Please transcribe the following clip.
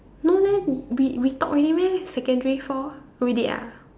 no leh we we talk already meh secondary four we did ah